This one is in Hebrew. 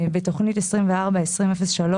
בתוכנית 242003,